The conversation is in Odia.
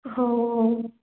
ହଁ ହଉ ହଉ